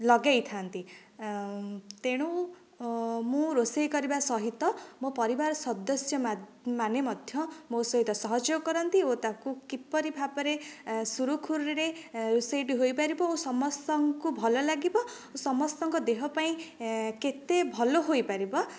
ଲଗେଇଥାନ୍ତି ତେଣୁ ମୁଁ ରୋଷେଇ କରିବା ସହିତ ମୋ ପରିବାର ସଦସ୍ୟ ମାନେ ମଧ୍ୟ ମୋ' ସହିତ ସହଯୋଗ କରନ୍ତି ଓ ତାକୁ କିପରି ଭାବରେ ସୁରୁଖୁରୁରେ ରୋଷେଇ ଟି ହୋଇପାରିବ ଓ ସମସ୍ତଙ୍କୁ ଭଲ ଲାଗିବ ଓ ସମସ୍ତଙ୍କ ଦେହ ପାଇଁ କେତେ ଭଲ ହୋଇପାରିବ